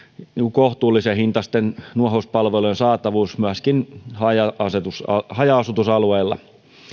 kohtuullisen hintaisten nuohouspalvelujen saatavuus myöskin haja asutusalueilla